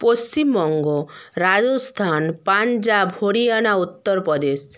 Paschimbanga Rajasthan Punjab Haryana Uttar Pradesh